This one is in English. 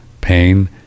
pain